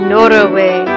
Norway